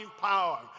power